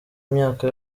imyaka